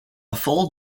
full